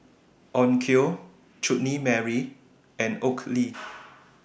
Onkyo Chutney Mary and Oakley